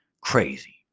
Crazy